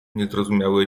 niezrozumiały